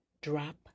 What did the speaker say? drop